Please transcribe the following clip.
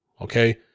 Okay